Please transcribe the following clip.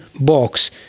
box